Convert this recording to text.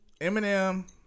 Eminem